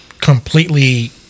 completely